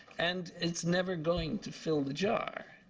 and it's never going to fill the jar.